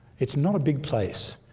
it's not a big place,